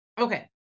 Okay